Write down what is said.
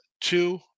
two